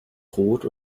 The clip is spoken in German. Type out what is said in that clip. rot